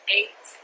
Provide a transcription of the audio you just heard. eight